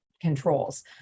controls